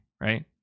Right